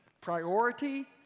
priority